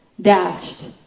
dashed